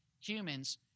humans